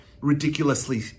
ridiculously